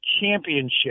championship